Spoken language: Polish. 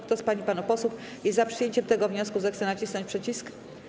Kto z pań i panów posłów jest za przyjęciem tego wniosku, zechce nacisnąć przycisk.